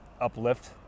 uplift